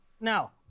now